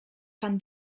pan